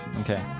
Okay